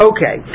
Okay